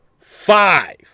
Five